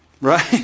right